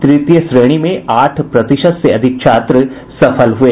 तृतीय श्रेणी में आठ प्रतिशत से अधिक छात्र सफल हुए